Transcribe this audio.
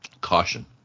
caution